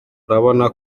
urabona